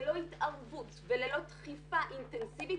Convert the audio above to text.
ללא התערבות וללא דחיפה אינטנסיבית,